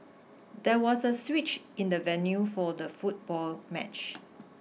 there was a switch in the venue for the football match